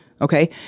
okay